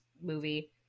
movie